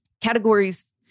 categories